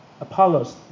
Apollos